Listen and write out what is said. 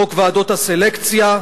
חוק ועדות הסלקציה,